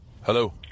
Hello